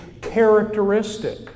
characteristic